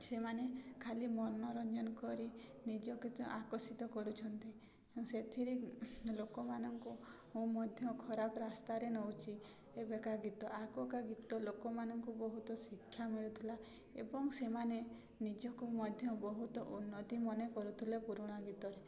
ସେମାନେ ଖାଲି ମନୋରଞ୍ଜନ କରି ନିଜକୁ ଆକର୍ଷିତ କରୁଛନ୍ତି ସେଥିରେ ଲୋକମାନଙ୍କୁ ମଧ୍ୟ ଖରାପ ରାସ୍ତାରେ ନେଉଛି ଏବେକା ଗୀତ ଆଗକା ଗୀତ ଲୋକମାନଙ୍କୁ ବହୁତ ଶିକ୍ଷା ମିଳୁଥିଲା ଏବଂ ସେମାନେ ନିଜକୁ ମଧ୍ୟ ବହୁତ ଉନ୍ନତି ମନେ କରୁଥିଲେ ପୁରୁଣା ଗୀତରେ